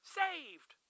saved